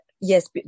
Yes